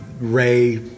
Ray